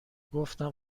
گفتم